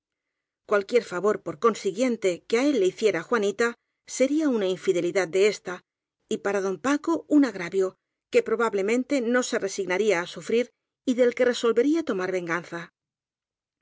cualquier favor por consiguiente que á él hicie ra juanita sería una infidelidad de ésta y para don paco un agravio que probablemente no se resig naría á sufrir y del que resolvería tomar venganza